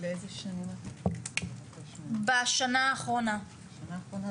הכוונה בשנה האחרונה,